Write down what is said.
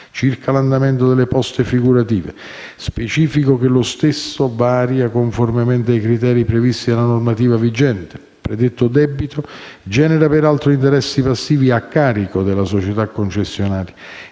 Circa l'andamento delle poste figurative, specifico che lo stesso varia conformemente ai criteri previsti dalla normativa vigente. Predetto debito genera, peraltro, interessi passivi a carico della società concessionaria